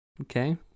okay